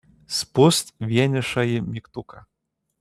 spust vienišąjį mygtuką